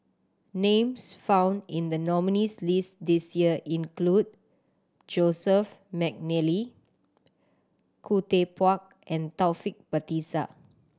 names found in the nominees' list this year include Joseph McNally Khoo Teck Puat and Taufik Batisah